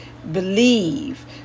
believe